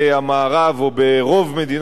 או ברוב מדינות המערב,